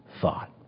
thought